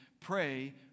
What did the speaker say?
pray